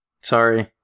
Sorry